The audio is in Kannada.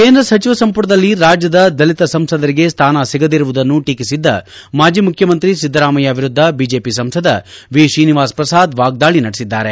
ಕೇಂದ್ರ ಸಚಿವ ಸಂಪುಟದಲ್ಲಿ ರಾಜ್ಯದ ದಲಿತ ಸಂಸದರಿಗೆ ಸ್ವಾನ ಸಿಗದಿರುವುದನ್ನು ಟೀಕಿಸಿದ್ದ ಮಾಜಿ ಮುಖ್ಯಮಂತ್ರಿ ಸಿದ್ದರಾಮಯ್ತ ವಿರುದ್ದ ಬಿಜೆಪಿ ಸಂಸದ ವಿತ್ರೀನಿವಾಸ್ ಪ್ರಸಾದ್ ವಾಗ್ದಾಳಿ ನಡೆಸಿದ್ದಾರೆ